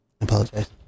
Apologize